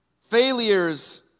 failures